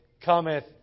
cometh